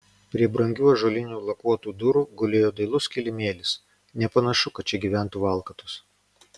prie brangių ąžuolinių lakuotų durų gulėjo dailus kilimėlis nepanašu kad čia gyventų valkatos